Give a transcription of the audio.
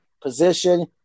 position